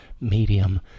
medium